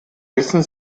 wissen